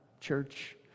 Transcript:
church